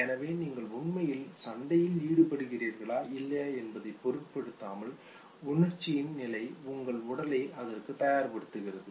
எனவே நீங்கள் உண்மையில் சண்டையில் ஈடுபடுகிறீர்களா இல்லையா என்பதைப் பொருட்படுத்தாமல் உணர்ச்சியின் நிலை உங்கள் உடலை அதற்குத் தயார்படுத்துகிறது